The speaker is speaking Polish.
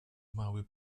mały